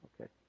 Okay